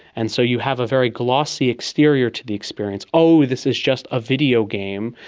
and so you have a very glossy exterior to the experience oh, this is just a videogame,